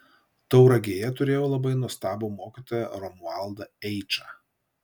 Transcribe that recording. tauragėje turėjau labai nuostabų mokytoją romualdą eičą